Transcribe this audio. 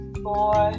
four